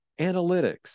analytics